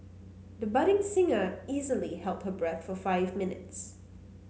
the budding singer easily held her breath for five minutes